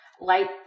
light